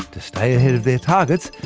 to stay ahead of their targets,